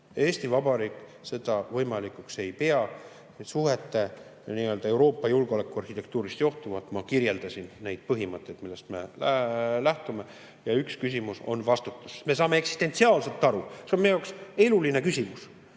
Eesti Vabariik seda võimalikuks ei pea. Suhete Euroopa julgeolekuarhitektuurist johtuvalt ma kirjeldasin neid põhimõtteid, millest me lähtume, ja üks küsimus on vastutus. Me saame eksistentsiaalselt aru, see on meie jaoks eluline küsimus,